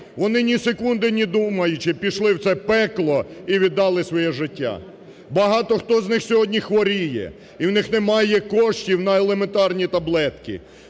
вони ні секунди не думаючи пішли в це пекло і віддали своє життя. Багато хто з них сьогодні хворіє. І у них немає коштів на елементарні таблетки.